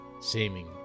seeming